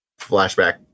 flashback